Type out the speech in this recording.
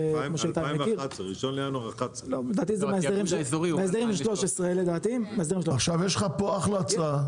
1 בינואר 2011. יש לך פה אחלה הצעה.